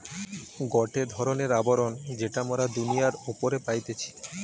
গটে ধরণের আবরণ যেটা মোরা দুনিয়ার উপরে পাইতেছি